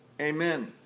amen